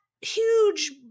huge